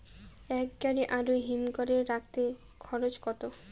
এক গাড়ি আলু হিমঘরে রাখতে খরচ কত?